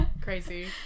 Crazy